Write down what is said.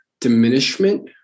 diminishment